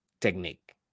technique